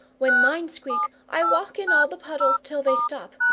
when mine squeak, i walk in all the puddles till they stop.